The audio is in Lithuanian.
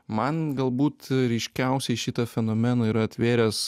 man galbūt ryškiausiai šitą fenomeną yra atvėręs